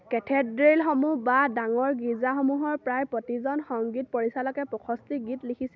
কেথেড্ৰেলসমূহ বা ডাঙৰ গীৰ্জাসমূহৰ প্ৰায় প্ৰতিজন সংগীত পৰিচালকে প্ৰশস্তি গীত লিখিছে